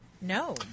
No